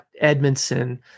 Edmondson